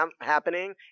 happening